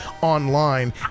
online